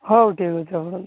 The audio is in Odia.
ହଉ ଠିକ୍ ଅଛି ହଉ